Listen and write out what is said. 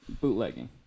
bootlegging